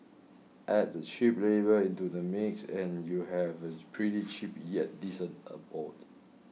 add the cheap labour into the mix and you'd have a pretty cheap yet decent abode